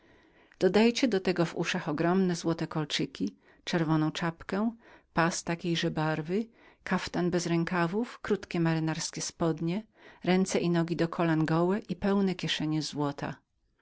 dodajcie do tego w uszach ogromne złote kólczyki czerwoną czapkę pas takiejże barwy kaftan bez rękawów ręce i nogi do kolan gołe i pełne kieszenie złota